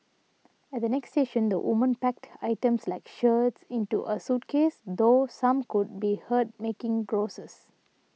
at the next station the women packed items like shirts into a suitcase though some could be heard making grouses